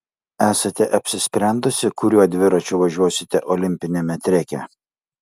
esate apsisprendusi kuriuo dviračiu važiuosite olimpiniame treke